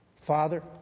Father